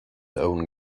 own